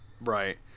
right